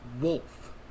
Wolf